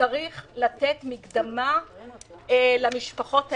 צריך לתת מקדמה למשפחות האלה.